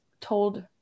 told